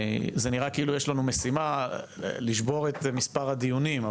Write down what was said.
זה נראה כאילו יש לנו משימה לשבור את מספר הדיונים,